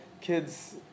kids